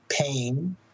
pain